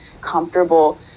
comfortable